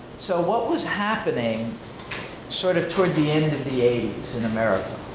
so what was happening sort of toward the end of the eighty s in america?